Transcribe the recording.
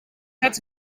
het